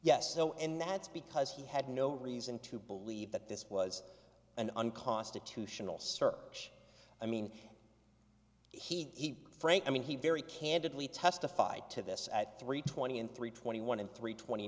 no and that's because he had no reason to believe that this was an unconstitutional search i mean he frank i mean he very candidly testified to this at three twenty in three twenty one and three twenty